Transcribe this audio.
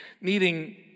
needing